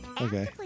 Okay